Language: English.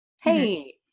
Hey